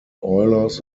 oilers